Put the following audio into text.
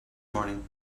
morning